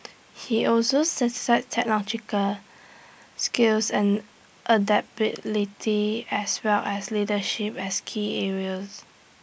he also cite cited technological skills and adaptability as well as leadership as key areas